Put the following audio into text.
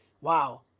wow